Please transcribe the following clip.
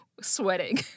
sweating